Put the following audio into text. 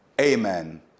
amen